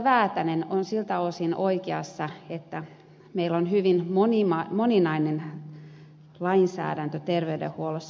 väätäinen on siltä osin oikeassa että meillä on hyvin moninainen lainsäädäntö terveydenhuollossa